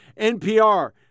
NPR